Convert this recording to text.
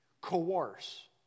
coerce